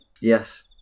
Yes